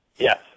Yes